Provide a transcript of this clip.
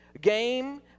game